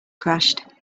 crashed